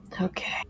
Okay